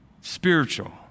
Spiritual